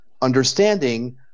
understanding